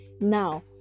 now